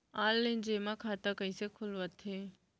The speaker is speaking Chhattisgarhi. ऑनलाइन जेमा खाता कइसे खोलवाथे?